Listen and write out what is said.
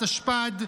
התשפ"ד,